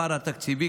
הפער התקציבי,